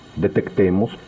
Detectemos